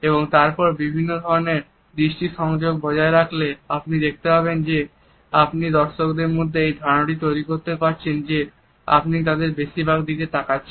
এবং তারপর বিভিন্ন ধরনের দৃষ্টি সংযোগ বজায় রাখলে আপনি দেখতে পাবেন যে আপনি দর্শকদের মধ্যে এই ধারণাটি তৈরি করতে পারছেন যে আপনি তাদের বেশিরভাগের দিকে তাকাচ্ছেন